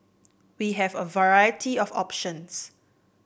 we have a variety of options